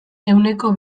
ehuneko